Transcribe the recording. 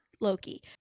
Loki